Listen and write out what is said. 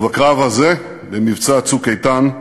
ובקרב הזה, במבצע "צוק איתן",